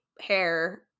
hair